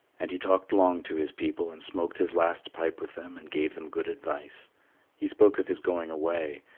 and he talked long to his people and smoked his last pipe with them and gave them good advice he spoke of his going away,